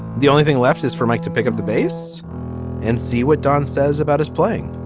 the only thing left is for mike to pick up the bass and see what don says about his playing